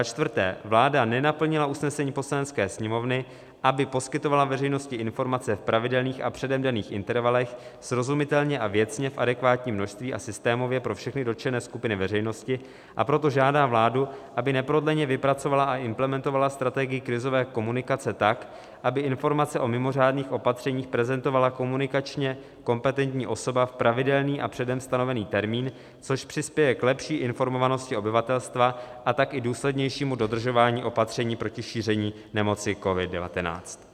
4. vláda nenaplnila usnesení Poslanecké sněmovny, aby poskytovala veřejnosti informace v pravidelných a předem daných intervalech, srozumitelně a věcně, v adekvátním množství a systémově pro všechny dotčené skupiny veřejnosti, a proto žádá vládu, aby neprodleně vypracovala a implementovala strategii krizové komunikace tak, aby informace o mimořádných opatřeních prezentovala komunikačně kompetentní osoba v pravidelný a předem stanovený termín, což přispěje k lepší informovanosti obyvatelstva, a tak i důslednějšímu dodržování opatření proti šíření nemoci COVID19;